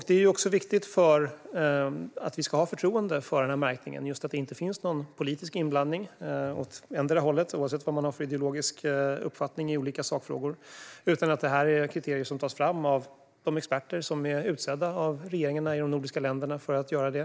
Det är viktigt för att vi ska ha förtroende för märkningen att det inte finns någon politisk inblandning åt endera hållet, oavsett vad man har för ideologisk uppfattning i olika sakfrågor, utan att det här är kriterier som tas fram av de experter som är utsedda av regeringarna i de nordiska länderna att göra det.